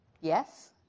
Yes